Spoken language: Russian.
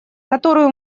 которую